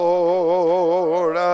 Lord